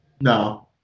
no